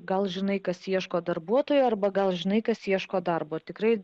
gal žinai kas ieško darbuotojų arba gal žinai kas ieško darbo tikrai